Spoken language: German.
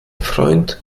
freund